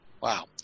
Wow